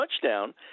touchdown